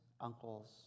uncles